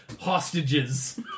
hostages